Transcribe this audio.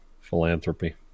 philanthropy